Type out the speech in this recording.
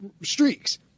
streaks